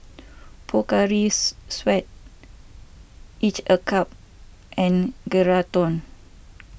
Pocari Sweat Each A Cup and Geraldton